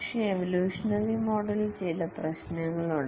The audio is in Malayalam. പക്ഷേ എവൊല്യൂഷനറി മോഡലിൽ ചില പ്രശ്നങ്ങളുണ്ട്